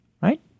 right